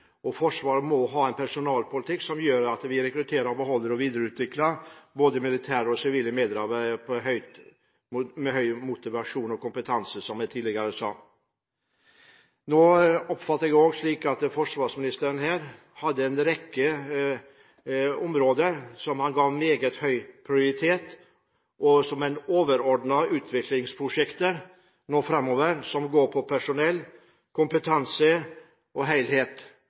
Forsvaret må ha en personalpolitikk som gjør at vi rekrutterer, beholder og videreutvikler både militære og sivile medarbeidere med høy motivasjon og kompetanse, som jeg tidligere sa. Nå oppfatter jeg det også slik at forsvarsministeren her hadde en rekke områder som han ga meget høy prioritet, og som er overordnede utviklingsprosjekter nå framover, som går på personell, kompetanse og